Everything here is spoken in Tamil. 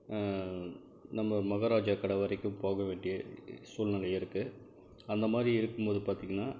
நம்ம மகாராஜா கடை வரைக்கும் போக வேண்டிய சூழ்நிலை இருக்குது அந்த மாதிரி இருக்கும் போது பார்த்திங்கன்னா